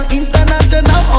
international